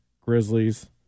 Grizzlies